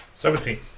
Seventeen